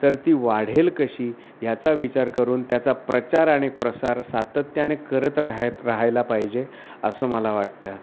तर ती वाढेल कशी ह्याचा विचार करून त्याचा प्रचार आणि प्रसार सातत्याने करत राहाय राहायला पाहिजे असं मला वाटतं